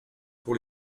pour